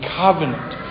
covenant